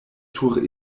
sur